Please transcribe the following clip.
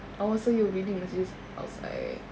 oh so you were reading messages outside